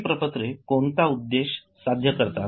हे प्रपत्रे कोणता उद्देश साध्य करतात